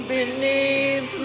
Beneath